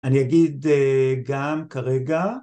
אני אגיד גם כרגע